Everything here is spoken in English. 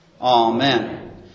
Amen